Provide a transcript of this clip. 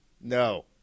No